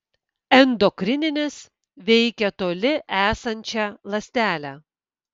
endokrininis veikia toli esančią ląstelę